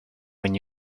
when